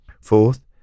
Fourth